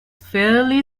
fairly